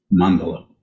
mandala